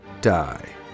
die